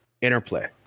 interplay